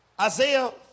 Isaiah